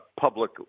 public